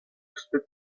spit